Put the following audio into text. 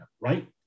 right